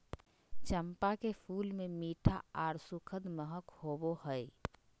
चंपा के फूल मे मीठा आर सुखद महक होवो हय